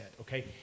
okay